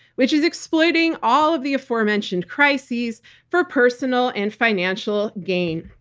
which is exploiting all of the aforementioned crises for personal and financial gain.